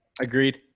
Agreed